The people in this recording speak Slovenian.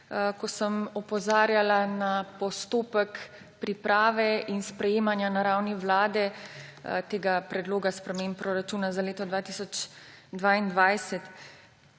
ko sem opozarjala na postopek priprave in sprejemanja na ravni Vlade tega predloga sprememb proračuna za leto 2022.